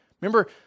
Remember